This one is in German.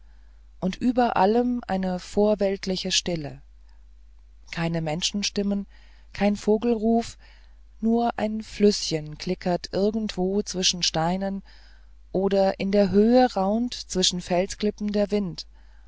und über allem eine vorweltliche stille keine menschenstimme kein vogelruf nur ein flüßchen schlickert irgendwo zwischen steinen oder in der höhe raunt zwischen felsklippen der wind